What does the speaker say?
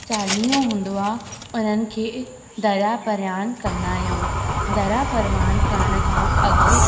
चालीहो हूंदो आहे उन्हनि खे दरियाह परवान कंदा आहियूं दरियाह परवान करण खां अॻु